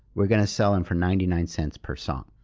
we're going to sell them for ninety nine cents per song.